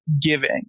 giving